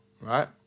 right